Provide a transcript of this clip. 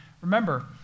Remember